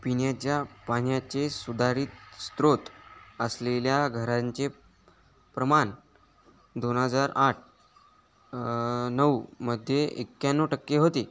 पिण्याच्या पाण्याचे सुधारित स्रोत असलेल्या घरांचे प्रमाण दोन हजार आठ नऊमध्ये एक्याण्णव टक्के होते